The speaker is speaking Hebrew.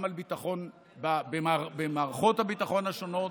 גם על ביטחון במערכות הביטחון השונות,